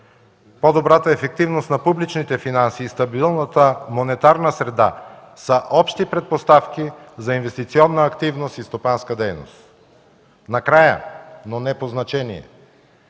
По-добрата ефективност на публичните финанси и стабилната монетарна среда са общи предпоставки за инвестиционна активност и стопанска дейност. Накрая, но не по значение